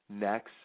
next